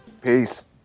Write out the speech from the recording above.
Peace